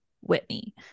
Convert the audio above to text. Whitney